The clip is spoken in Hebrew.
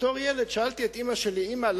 ובתור ילד שאלתי את אמא שלי: אמא,